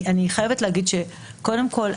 קודם כל,